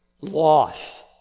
Loss